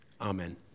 Amen